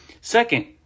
second